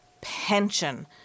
pension